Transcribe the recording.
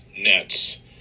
Nets